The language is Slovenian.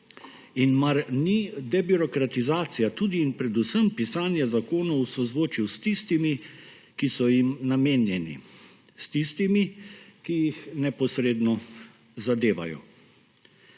In mar ni debirokratizacija tudi in predvsem pisanje zakonov v sozvočju s tistimi, ki so jim namenjeni; s tistimi, ki jih neposredno zadevajo.